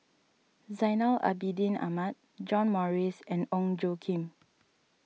Zainal Abidin Ahmad John Morrice and Ong Tjoe Kim